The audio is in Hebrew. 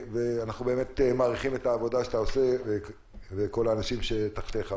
אנחנו באמת מעריכים את העבודה שאתה עושה ואת כל האנשים שתחתיך.